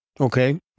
Okay